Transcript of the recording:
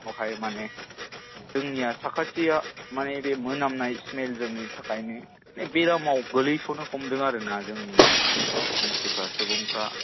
बेहाय माने जोंनिया साखाथिया माने बे मोनामनाय स्मेलजोंनि थाखायनो बेरामाव गोग्लैस'नो हमदों आरो ना जोंनि मानसिफ्रा सुबुंफ्रा